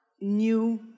new